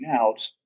out